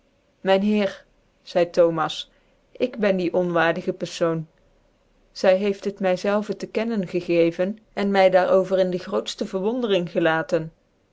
myn heer zeide thomas ik ben die onwaardige perfoon zy heeft het my zelve tc kennen gegecven en my daar over in dc grootftc verwondering gelaten